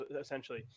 essentially